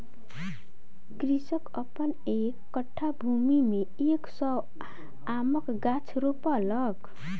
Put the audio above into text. कृषक अपन एक कट्ठा भूमि में एक सौ आमक गाछ रोपलक